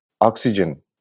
oxygen